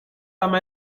come